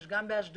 יש גם באשדוד.